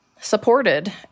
supported